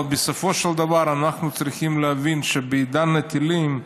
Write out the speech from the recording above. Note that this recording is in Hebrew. אבל בסופו של דבר אנחנו צריכים להבין שבעידן הטילים,